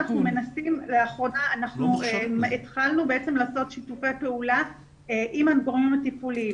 לאחרונה התחלנו בעצם לעשות שיתופי פעולה עם הגורמים הטיפוליים.